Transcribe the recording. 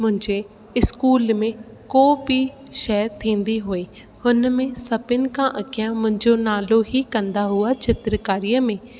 मुंहिंजे स्कूल में को बि शइ थींदी हुई हुन में सभिनि खां अॻियां मुंहिंजो नालो ई कंदा हुआ चित्रकारीअ में